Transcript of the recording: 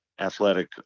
athletic